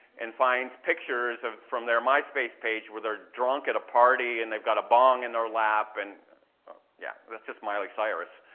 and finds pictures from their myspace page where they're drunk at a party and they've got a bong in their lap and yeah, that's just miley cyrus,